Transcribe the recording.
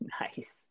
Nice